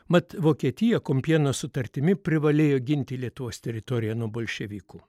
mat vokietija kompieno sutartimi privalėjo ginti lietuvos teritoriją nuo bolševikų